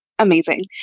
amazing